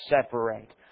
separate